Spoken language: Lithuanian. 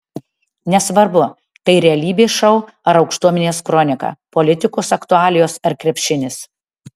nesvarbu tai realybės šou ar aukštuomenės kronika politikos aktualijos ar krepšinis